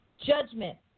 judgment